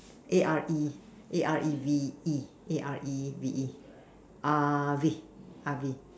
A R E A R E V E A R E V E Areve Areve